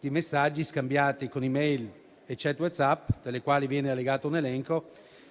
di messaggi scambiati con *e-mail* e *chat* WhatsApp, delle quali viene allegato un elenco,